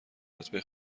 رتبه